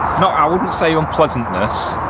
i wouldn't say unpleasantness,